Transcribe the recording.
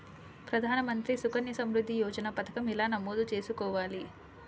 ప్రధాన మంత్రి సుకన్య సంవృద్ధి యోజన పథకం ఎలా నమోదు చేసుకోవాలీ?